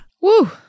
Woo